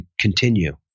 continue